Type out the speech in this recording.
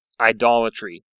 idolatry